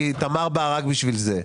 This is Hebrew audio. תמר באה רק בשביל זה.